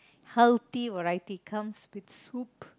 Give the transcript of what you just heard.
healthy variety comes with soup